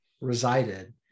resided